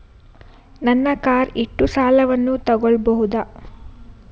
ನನ್ನ ಕಾರ್ ಇಟ್ಟು ಸಾಲವನ್ನು ತಗೋಳ್ಬಹುದಾ?